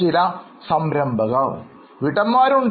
ചില സംരംഭകര് വീട്ടമ്മമാരും ഉണ്ട്